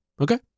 Okay